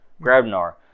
Grabnar